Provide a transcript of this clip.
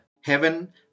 Heaven